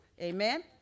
amen